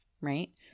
right